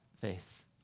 faith